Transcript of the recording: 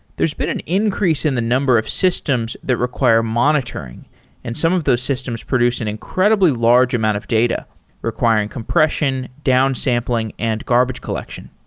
there's been an increase in the number of systems that require monitoring and some of those systems produce an incredibly large amount of data requiring compression, downsampling and garbage collection.